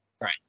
right